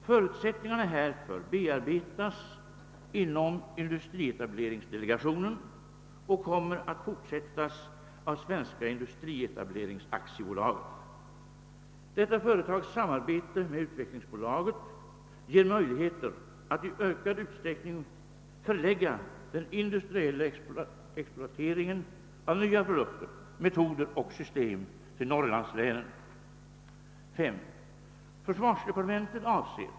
Förutsättningarna härför bearbetas inom industrietableringsdelegationen och kommer att fortsättas av Svenska industrietableringsaktiebolaget. Detta företags samarbete med Svenska <utvecklingsaktiebolaget ger möjligheter att i ökad utsträckning förlägga den industriella exploateringen av nya produkter, metoder och system till Norrlandslänen.